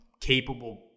capable